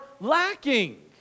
lacking